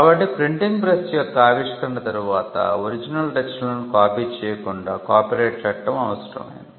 కాబట్టి printing press యొక్క ఆవిష్కరణ తర్వాత ఒరిజినల్ రచనలను కాపీ చేయకుండా కాపీరైట్ చట్టం అవసరం అయ్యింది